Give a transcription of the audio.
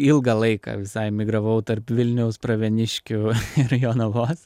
ilgą laiką visai migravau tarp vilniaus pravieniškių ir jonavos